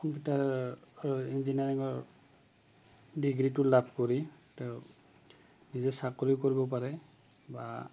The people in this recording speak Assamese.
কম্পিউটাৰ ইঞ্জিনিয়াৰিঙৰ ডিগ্ৰীটো লাভ কৰি তেওঁ নিজে চাকৰি কৰিব পাৰে বা